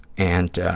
and